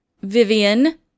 Vivian